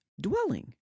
dwelling